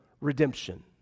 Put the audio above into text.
redemption